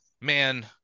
man